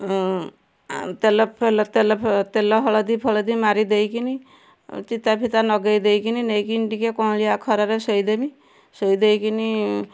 ଉଁ ଆଉ ତେଲ ଫେଲ ତେଲ ଫେ ତେଲ ହଳଦୀ ଫଳଦି ମାରି ଦେଇକିନି ଚିତା ଫିତା ନଗେଇ ଦେଇକିନି ନେଇକିନି ଟିକେ କଅଁଳିଆ ଖରାରେ ଶୋଇଦେମି ଶୋଇ ଦେଇକିନି